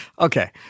okay